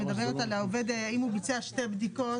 שמדברת על העובד האם הוא ביצע שתי בדיקות.